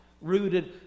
rooted